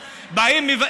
איננה,